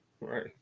Right